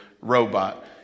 robot